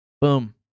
boom